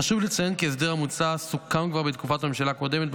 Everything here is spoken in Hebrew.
חשוב לציין כי ההסדר המוצע סוכם כבר בתקופת הממשלה הקודמת,